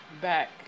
back